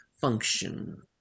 function